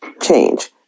change